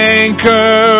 anchor